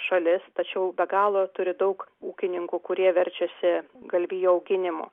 šalis tačiau be galo turi daug ūkininkų kurie verčiasi galvijų auginimu